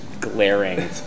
glaring